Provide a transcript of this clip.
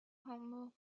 humble